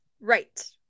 Right